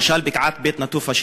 למשל בקעת בית-נטופה,